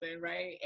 right